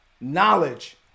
knowledge